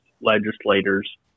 legislators